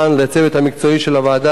לצוות המקצועי של הוועדה,